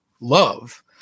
love